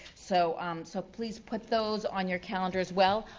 so um so please put those on your calendar as well.